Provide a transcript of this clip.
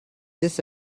this